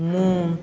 ମୁଁ